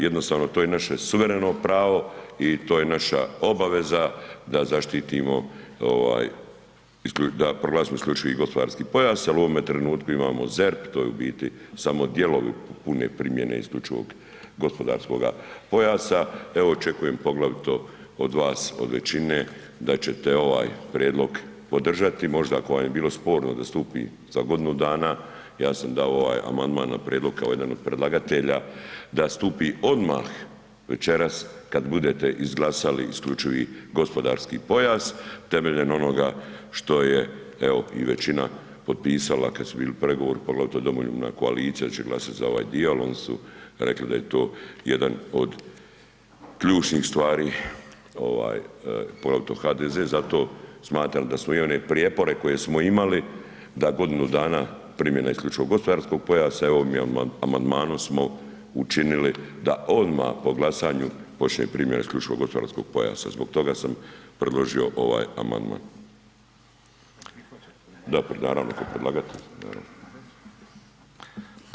Jednostavno to je naše suvereno pravo i to je naša obaveza da proglasimo isključivi gospodarski pojas jer u ovome trenutku imamo ZERP, to je u biti samo dijelovi pune primjene isključivog gospodarskog pojasa, evo očekujem poglavito od vas, od većine da ćete ovaj prijedlog podržati možda ako vam je bilo sporno da stupi za godinu dana, ja sam dao ovaj amandman na prijedlog kao jedan od predlagatelja da stupi odmah večeras kad budete izglasali isključivi gospodarski pojas temeljem onoga što je evo i većina potpisala kad su bili pregovori poglavito Domoljubna koalicija da će glasati za ovaj dio jer oni su rekli da je to jedna od ključnih stvari, poglavito HDZ, zato smatramo da smo i one prijepore koje smo imali, da godinu dana primjena isključivo gospodarskog pojasa, ovim amandmanom smo učinili da odmah po glasanju počne primjena isključivog gospodarskog pojasa, zbog toga sam predložio ovaj amandman. ... [[Upadica se ne čuje.]] Da, naravno kao predlagatelj, naravno.